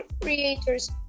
creators